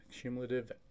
cumulative